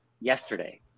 yesterday